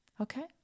Okay